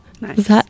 Nice